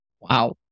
Wow